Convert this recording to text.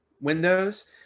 windows